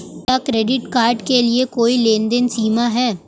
क्या debit card के लिए कोई लेनदेन सीमा है?